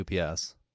UPS